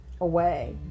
away